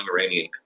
Iranian